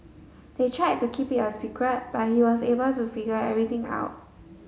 they tried to keep it a secret but he was able to figure everything out